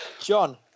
John